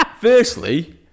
firstly